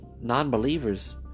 non-believers